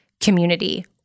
community